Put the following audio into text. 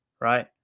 right